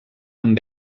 amb